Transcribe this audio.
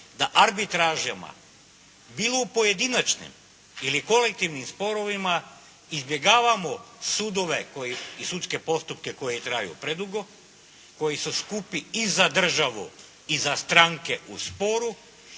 da arbitražama bilo u pojedinačnim ili kolektivnim sporovima izbjegavamo sudove i sudske postupke koji traju predugo, koji su skupi i za državu i za stranke u sporu